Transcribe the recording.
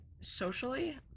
socially